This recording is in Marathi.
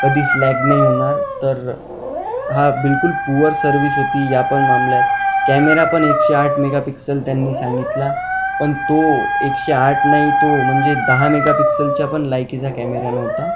कधीच लॅक नाही होणार तर हा बिलकुल पुअर सर्व्हिस होती ह्यापण मामल्यात कॅमेरापण एकशेआठ मेगा पिक्सल त्यांनी सांगितला पण तो एकशेआठ नाही तो म्हणजे तो दहा मेगा पिक्सलच्या पण लायकीचा कॅमेरा नव्हता